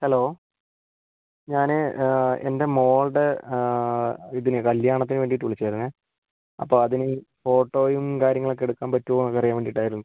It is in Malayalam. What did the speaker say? ഹലോ ഞാന് എൻ്റെ മോൾടെ ഇതിന് കല്യാണത്തിനു വേണ്ടീട്ട് വിളിച്ചതാരുന്നേ അപ്പം അതിന് ഈ ഫോട്ടോയും കാര്യങ്ങളൊക്കെ എടുക്കാൻ പറ്റുവോന്ന് അറിയാൻ വേണ്ടിയിട്ടായിരുന്നു